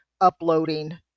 uploading